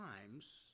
times